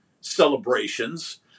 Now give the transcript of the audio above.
celebrations